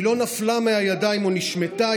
היא לא נפלה מהידיים או נשמטה,